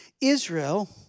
Israel